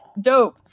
dope